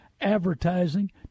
advertising